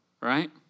right